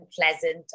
pleasant